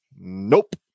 Nope